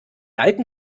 alten